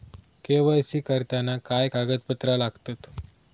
KYC करताना काय कागदपत्रा लागतत?